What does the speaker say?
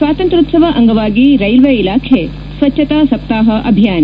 ಸ್ವಾತಂತ್ರೋತ್ಸವ ಅಂಗವಾಗಿ ರೈಲ್ವೆ ಇಲಾಖೆ ಸ್ವಚ್ವತಾ ಸಪ್ತಾಹ ಅಭಿಯಾನ